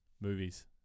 movies